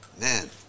man